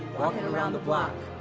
walk it around the block.